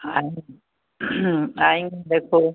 आएं आएंगे देखो